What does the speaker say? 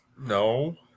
No